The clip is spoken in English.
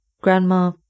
Grandma